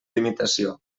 limitació